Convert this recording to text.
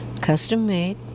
custom-made